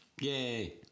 Yay